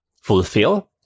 fulfill